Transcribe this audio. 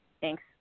Thanks